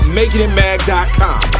makingitmag.com